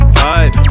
vibe